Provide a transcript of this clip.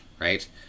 right